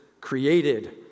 created